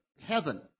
heaven